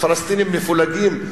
הפלסטינים מפולגים,